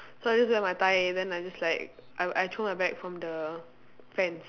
so I just wear my tie then I just like I I throw my bag from the fence